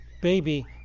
baby